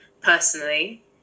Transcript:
personally